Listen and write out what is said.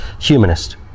humanist